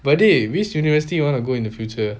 but dey which university you want to go in the future